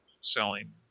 selling